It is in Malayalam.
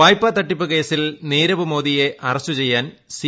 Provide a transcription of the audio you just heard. വായ്പാ തട്ടിപ്പ് കേസിൽ നീരവ് മോദിയെ അറസ്റ്റ് ചെയ്യാൻ സി